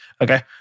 Okay